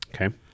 Okay